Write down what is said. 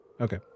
Okay